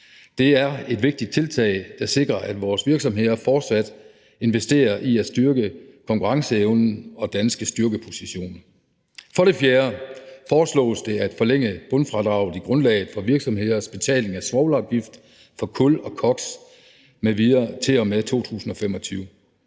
Det er et vigtigt tiltag, der sikrer, at vores virksomheder fortsat investerer i at styrke konkurrenceevnen og danske styrkepositioner. For det fjerde foreslås det at forlænge bundfradraget i grundlaget for virksomheders betaling af svovlafgift, kul og koks m.v. til og med 2025.